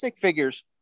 figures